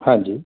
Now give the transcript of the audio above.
ਹਾਂਜੀ